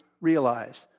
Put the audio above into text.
realize